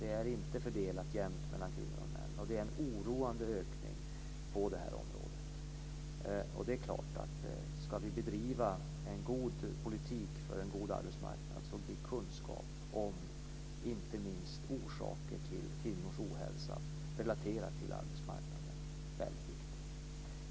Det är inte fördelat jämnt mellan kvinnor och män, och det är en oroande ökning på det här området. Det är klart att om vi ska bedriva en god politik för en god arbetsmarknad så blir kunskap om inte minst orsaker till kvinnors ohälsa relaterad till arbetsmarknaden väldigt viktig.